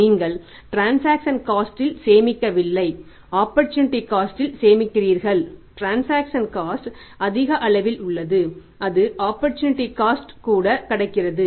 நீங்கள் transaction cost ம் கூட கடக்கிறது